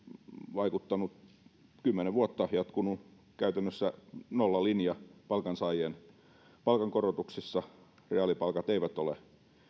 vaikuttanut kymmenen vuotta jatkunut käytännössä nollalinja palkansaajien palkankorotuksissa reaalipalkat eivät ole